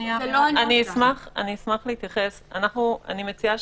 אני מציעה